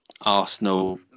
Arsenal